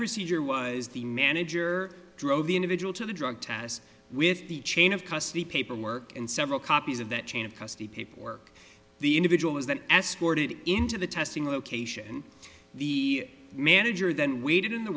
procedure was the manager drove the individual to the drug test with the chain of custody paperwork and several copies of that chain of custody paperwork the individual was then escorted into the testing location and the manager then waited in the